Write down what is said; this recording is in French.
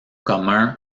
commun